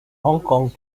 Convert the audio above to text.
hongkong